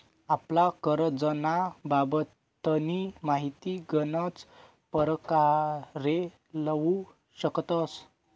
आपला करजंना बाबतनी माहिती गनच परकारे लेवू शकतस